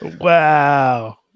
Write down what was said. Wow